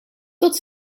tot